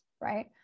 right